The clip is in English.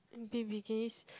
baby can you s~